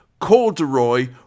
Corduroy